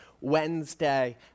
Wednesday